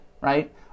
right